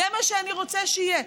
זה מה שאני רוצה שיהיה,